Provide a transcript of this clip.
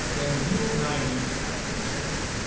then you and i need to have a chat.